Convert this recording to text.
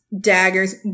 daggers